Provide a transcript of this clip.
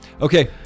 Okay